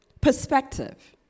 Perspective